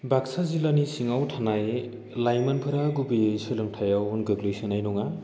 बाक्सा जिल्लानि सिङाव थानाय लाइमोनफोरा गुबैयै सोलोंथायाव गोग्लैसोनाय नङा